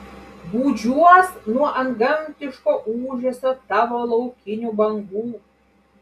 gūžiuos nuo antgamtiško ūžesio tavo laukinių bangų